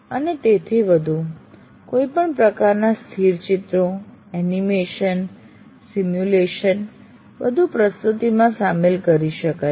અને તેથી વધુ કોઈપણ પ્રકારના સ્થિર ચિત્રો એનિમેશન સિમ્યુલેશન બધું પ્રસ્તુતિમાં સામેલ કરી શકાય છે